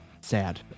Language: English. sad